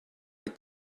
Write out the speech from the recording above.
est